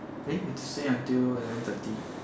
eh we have to stay until eleven thirty